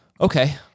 Okay